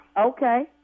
Okay